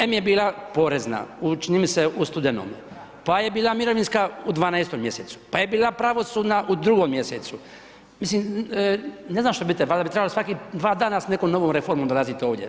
Em je bila porezna, čini mi se u studenome, pa je bila mirovinska u 12-om mjesecu, pa je bila pravosudna u 2-om mjesecu, mislim, ne znam što bite, valjda bi trebali svaki 2 dana s nekom novom reformom dolazit ovdje.